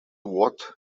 what